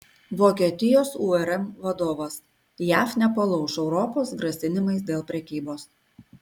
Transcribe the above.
vokietijos urm vadovas jav nepalauš europos grasinimais dėl prekybos